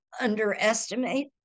underestimate